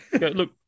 look